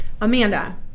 Amanda